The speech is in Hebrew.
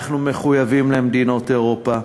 אנחנו מחויבים למדינות אירופה,